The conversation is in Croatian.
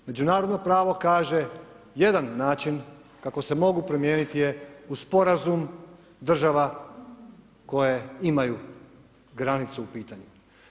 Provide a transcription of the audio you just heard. Međunarodno pravo kaže jedan način kako se mogu promijeniti je uz Sporazum država koje imaju granicu u pitanju.